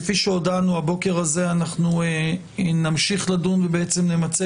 כפי שהודענו הבוקר הזה אנחנו נמשיך לדון ובעצם נמצה